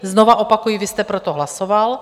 Znova opakuji, vy jste pro to hlasoval.